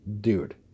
dude